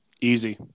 Easy